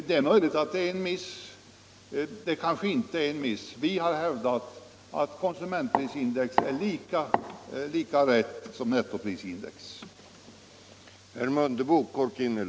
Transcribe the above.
Det är möjligt att det är en miss, men det kanske inte är någon miss: Vi har hävdat att konsumentprisindex är lika riktigt i det fallet som nettoprisindex.